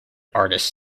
artists